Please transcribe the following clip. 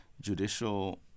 Judicial